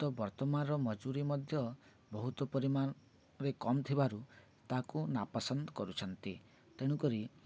ତ ବର୍ତ୍ତମାନର ମଜୁରୀ ମଧ୍ୟ ବହୁତ ପରିମାଣରେ କମ୍ ଥିବାରୁ ତାକୁ ନାପସନ୍ଦ କରୁଛନ୍ତି ତେଣୁକରି